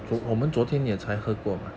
不错